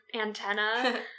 antenna